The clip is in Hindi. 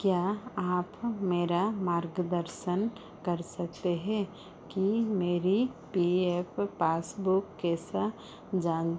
क्या आप मेरा मार्गदर्शन कर सकते हें कि मेरी पी एफ पासबुक कैसा जान